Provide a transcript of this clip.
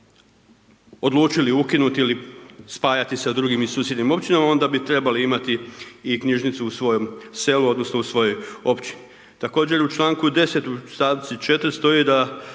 odlučili ukinuti ili spajati sa drugim i susjednim općinama, onda bi trebali imati i knjižnicu u svojem selu, odnosno u svojoj općini. Također u čl. 10. st. 4 stoji da